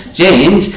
change